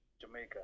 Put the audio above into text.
Jamaica